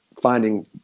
finding